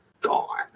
gone